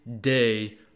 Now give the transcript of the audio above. day